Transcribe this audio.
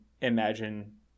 imagine